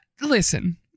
Listen